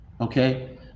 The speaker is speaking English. Okay